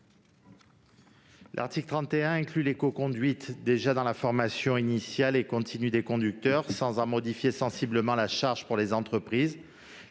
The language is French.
L'article 31 inclut déjà l'écoconduite dans la formation initiale et continue des conducteurs de poids lourds sans en modifier sensiblement la charge pour les entreprises,